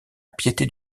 piété